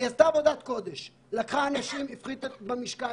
היא עשתה עבודת קודש כשהיא לקחה אנשים והביאה אותם להפחתה במשקל.